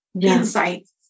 insights